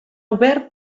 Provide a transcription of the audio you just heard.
obert